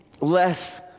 less